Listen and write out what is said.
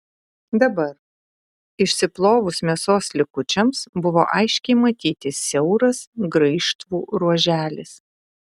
dabar išsiplovus mėsos likučiams buvo aiškiai matyti siauras graižtvų ruoželis